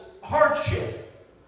hardship